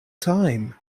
time